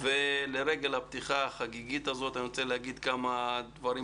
לרגל הפתיחה החגיגית הזאת אני רוצה להגיד כמה דברים